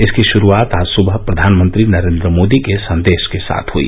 इसकी शुरूआत आज सुबह प्रधानमंत्री नरेन्द्र मोदी के संदेश के साथ हई